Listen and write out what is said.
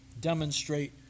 demonstrate